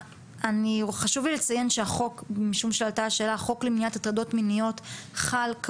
חשוב לי לציין שהחוק למניעת הטרדות מיניות חל גם